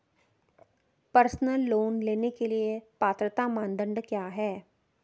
Personal loan के लिए पात्रता मानदंड क्या हैं?